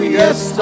yes